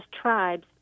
tribes